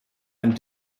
ein